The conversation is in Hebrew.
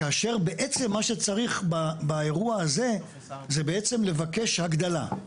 כאשר בעצם מה שצריך באירוע הזה זה בעצם לבקש הגדלה.